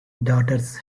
daughters